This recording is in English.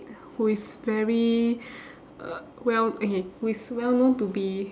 who is very uh well okay who is well known to be